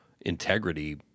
integrity